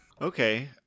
Okay